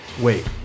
Wait